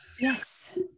Yes